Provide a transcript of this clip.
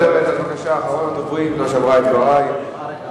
אחרון הדוברים, חבר הכנסת מאיר שטרית.